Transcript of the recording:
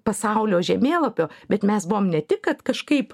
pasaulio žemėlapio bet mes buvom ne tik kad kažkaip